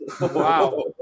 Wow